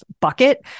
bucket